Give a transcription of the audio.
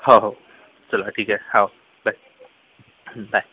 हो हो चला ठीक आहे हो बाय बाय